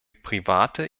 private